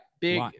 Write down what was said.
big